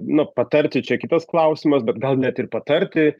nu patarti čia kitas klausimas bet gal net ir patarti